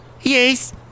Yes